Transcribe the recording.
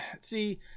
See